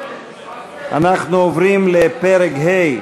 אנחנו עוברים לפרק ה'.